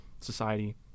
society